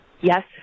Yes